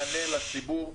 -- מענה לציבור.